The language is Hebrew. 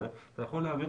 לחדד